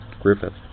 Griffith